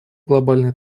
глобальной